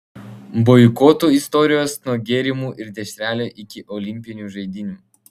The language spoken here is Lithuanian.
boikotų istorijos nuo gėrimų ir dešrelių iki olimpinių žaidynių